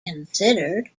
considered